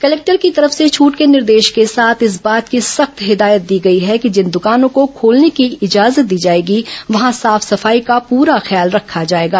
collector की तरफ से छूट के निर्देश के साथ इस बात की सख्त हिदायत दी गई है कि जिन दुकानों को खोलने की इजाजत दी जाएगी वहां साफ सफाई का प्ररा ख्याल रखा जायेगा